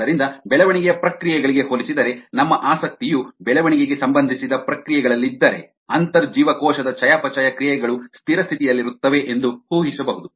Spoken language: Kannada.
ಆದ್ದರಿಂದ ಬೆಳವಣಿಗೆಯ ಪ್ರಕ್ರಿಯೆಗಳಿಗೆ ಹೋಲಿಸಿದರೆ ನಮ್ಮ ಆಸಕ್ತಿಯು ಬೆಳವಣಿಗೆಗೆ ಸಂಬಂಧಿಸಿದ ಪ್ರಕ್ರಿಯೆಗಳಲ್ಲಿದ್ದರೆ ಅಂತರ್ಜೀವಕೋಶದ ಚಯಾಪಚಯ ಕ್ರಿಯೆಗಳು ಸ್ಥಿರ ಸ್ಥಿತಿಯಲ್ಲಿರುತ್ತವೆ ಎಂದು ಊಹಿಸಬಹುದು